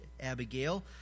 Abigail